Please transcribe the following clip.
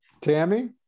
Tammy